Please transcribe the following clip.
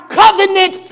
covenant